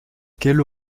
quelle